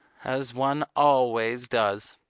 as one always does.